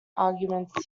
arguments